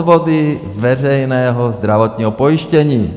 Odvody veřejného zdravotního pojištění.